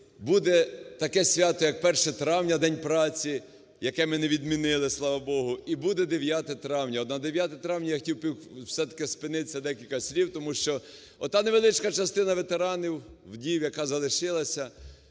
буде таке свято, як 1 Травня – День праці, яке ми не відмінили, слава Богу, і буде 9 Травня. От на 9 Травня я хотів би все-таки спинитися, декілька слів, тому що от невеличка частина ветеранів, вдів, яка залишилася